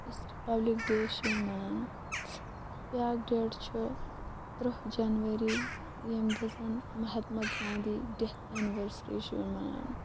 یُس republic day چھُ یِوان مَناونہٕ بیاکھ ڈیٹ چھُ تٕرہ جَنؤری یَمہِ دۄہ زَن مہتما گانٛدی ڈیٹھ اینوَرسری چھِ یِوان مَناونہٕ